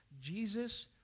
Jesus